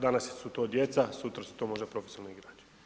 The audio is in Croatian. Danas su to djeca, sutra su to možda profesionalni igrači.